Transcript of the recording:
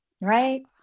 right